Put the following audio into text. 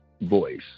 voice